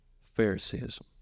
Phariseeism